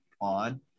on